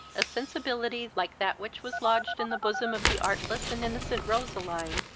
a sensibility, like that which was lodged in the bosom of the artless and innocent roseline,